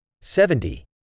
seventy